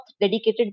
dedicated